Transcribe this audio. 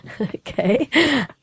Okay